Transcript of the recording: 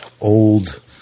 old